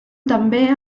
també